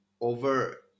over